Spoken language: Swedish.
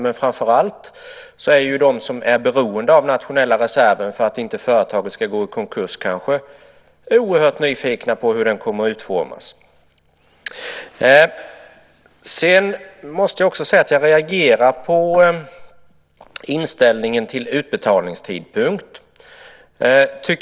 Men framför allt är väl också de som är beroende av den nationella reserven, kanske för att företaget inte ska gå i konkurs, oerhört nyfikna på hur den kommer att utformas. Jag måste också säga att jag reagerar på inställningen till utbetalningstidpunkten.